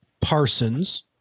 parsons